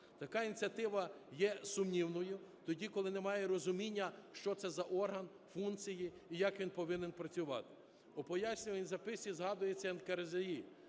Така ініціатива є сумнівною, тоді, коли немає розуміння, що це за орган, функції і як він повинен працювати. У пояснювальній записці згадується НКРЗІ,